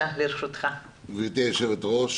גברתי היושבת-ראש,